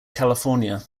california